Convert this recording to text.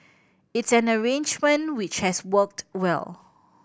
it's an arrangement which has worked well